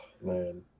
man